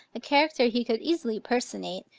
a character he could easily personate,